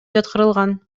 жаткырылган